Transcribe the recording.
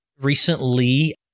recently